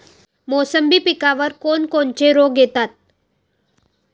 मोसंबी पिकावर कोन कोनचे रोग येतात?